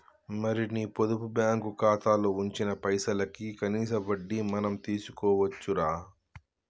మరి నీ పొదుపు బ్యాంకు ఖాతాలో ఉంచిన పైసలకి కనీస వడ్డీ మనం తీసుకోవచ్చు రా